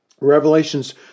Revelations